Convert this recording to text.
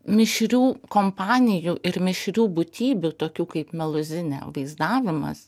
mišrių kompanijų ir mišrių būtybių tokių kaip meluzinė vaizdavimas